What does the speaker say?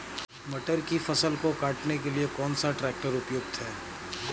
मटर की फसल को काटने के लिए कौन सा ट्रैक्टर उपयुक्त है?